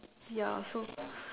ya so